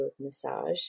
massage